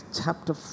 chapter